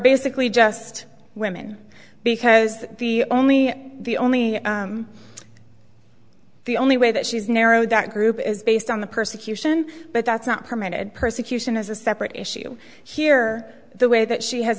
basically just women because the only the only the only way that she's narrowed that group is based on the persecution but that's not permitted persecution is a separate issue here the way that she has